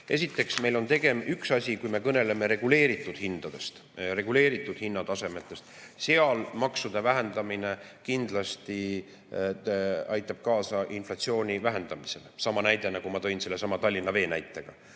Esiteks, meil on üks asi, kui me kõneleme reguleeritud hindadest, reguleeritud hinnatasemetest, siis maksude vähendamine kindlasti aitab kaasa inflatsiooni vähendamisele. Sama näide, mis ma tõin sellesama Tallinna Vee puhul.